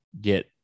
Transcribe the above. get